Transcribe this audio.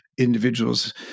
individuals